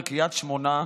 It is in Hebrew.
בקריית שמונה,